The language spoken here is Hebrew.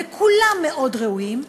וכולם מאוד ראויים,